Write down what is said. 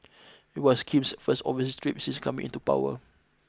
it was Kim's first overseas trip since coming into power